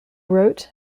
wrote